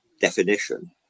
definition